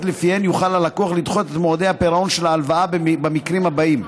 שלפיהן יוכל הלקוח לדחות את מועדי הפירעון של ההלוואה במקרים הבאים: